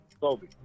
Kobe